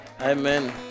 amen